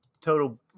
total